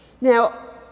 Now